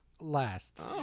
last